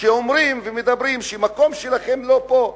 שאומרים ומדברים, שהמקום שלכם לא פה.